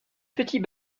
petits